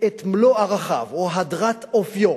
את מלוא ערכיו או הדרת אופיו